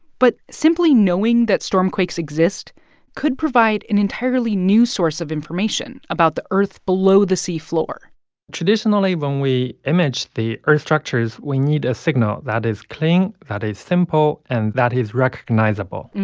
but simply knowing that stormquakes exist could provide an entirely new source of information about the earth below the seafloor traditionally, when we image the earth structures, we need a signal that is clean, that is simple and that is recognizable,